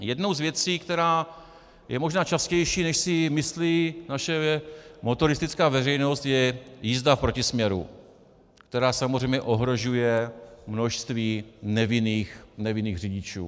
Jednou z věcí, která je možná častější, než si myslí naše motoristická veřejnost, je jízda v protisměru, která samozřejmě ohrožuje množství nevinných řidičů.